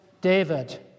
David